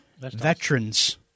veterans